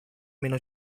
meno